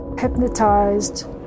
hypnotized